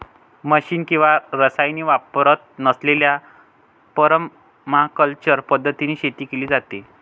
machine किंवा रसायने वापरत नसलेल्या परमाकल्चर पद्धतीने शेती केली जाते